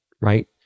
right